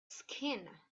skin